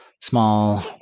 small